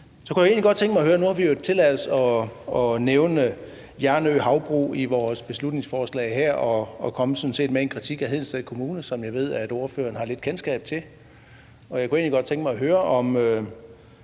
Så har vi jo tilladt os at nævne Hjarnø Havbrug i vores beslutningsforslag her, og vi er sådan set kommet med en kritik af Hedensted Kommune, som jeg ved ordføreren har lidt kendskab til. Jeg kunne egentlig godt tænke mig at høre, om